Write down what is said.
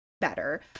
better